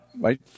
right